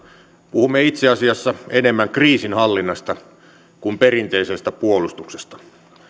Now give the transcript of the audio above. puhumme itse asiassa enemmän kriisinhallinnasta kuin perinteisestä puolustuksesta